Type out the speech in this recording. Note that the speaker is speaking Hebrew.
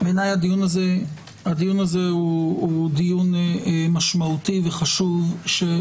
בעיני הדיון הזה הוא דיון משמעותי וחשוב.